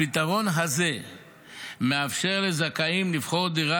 הפתרון הזה מאפשר לזכאים לבחור דירה